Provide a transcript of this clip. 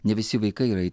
ne visi vaikai yra